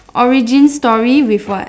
origin story with what